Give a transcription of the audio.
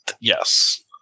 yes